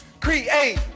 create